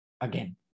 again